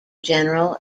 general